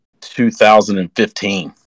2015